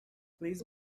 please